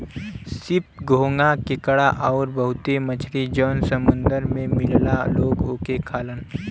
सीप, घोंघा केकड़ा आउर बहुते मछरी जौन समुंदर में मिलला लोग ओके खालन